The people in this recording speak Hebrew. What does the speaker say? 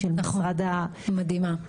נכון, מדהימה.